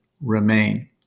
remain